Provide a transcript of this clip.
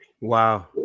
Wow